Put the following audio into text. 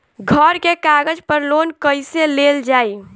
घर के कागज पर लोन कईसे लेल जाई?